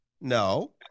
No